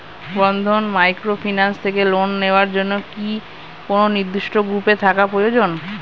বন্ধন microfinance থেকে loan নেওয়ার জন্য কি কোন নির্দিষ্ট গ্রুপে থাকা প্রয়োজন?